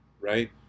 right